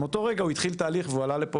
מאותו רגע הוא התחיל תהליך והוא עלה לפה